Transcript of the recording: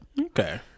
Okay